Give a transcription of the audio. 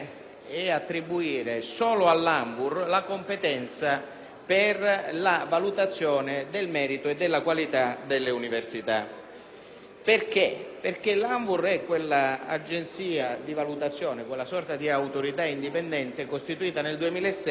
università. La ANVUR è quella Agenzia di valutazione, quella sorta di autorità indipendente costituita nel 2006 e che non ha mai potuto da allora funzionare. Tutti i processi di valutazione sono stati bloccati e quindi